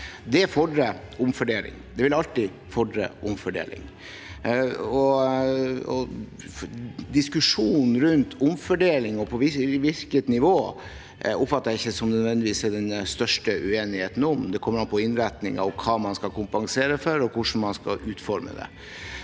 Det fordrer omfordeling, og det vil alltid fordre omfordeling. Diskusjonen rundt omfordeling – og på hvilket nivå – oppfatter jeg at det ikke nødvendigvis er den største uenigheten om. Det kommer an på innretningen, hva man skal kompensere for, og hvordan man skal utforme det.